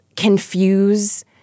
Confuse